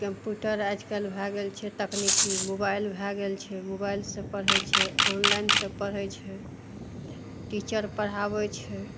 computer आजकल भए गेल छै तकनीकी मोबाइल भए गेल छै मोबाइलसँ पढ़य छै ऑनलाइनसँ पढ़य छै टीचर पढ़ाबय छै